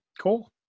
Cool